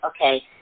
okay